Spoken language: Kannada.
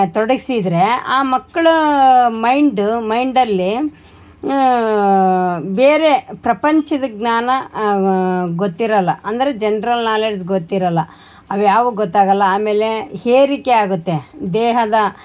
ತೊಡಗ್ಸಿದ್ರೆ ಆ ಮಕ್ಕಳು ಮೈಂಡ್ ಮೈಂಡಲ್ಲಿ ಬೇರೆ ಪ್ರಪಂಚದ ಜ್ಞಾನ ಗೊತ್ತಿರೊಲ್ಲ ಅಂದರೆ ಜನ್ರಲ್ ನಾಲೆಡ್ಜ್ ಗೊತ್ತಿರೊಲ್ಲ ಅವುಯಾವು ಗೊತ್ತಾಗೊಲ್ಲ ಆಮೇಲೆ ಹೇರಿಕೆ ಆಗುತ್ತೆ ದೇಹದ